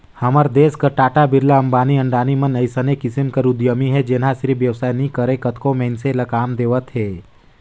हमर देस कर टाटा, बिरला, अंबानी, अडानी मन अइसने किसिम कर उद्यमी हे जेनहा सिरिफ बेवसाय नी करय कतको मइनसे ल काम देवत हे